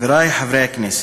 חברי חברי הכנסת,